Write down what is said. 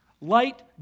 Light